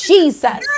Jesus